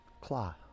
Claw